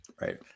Right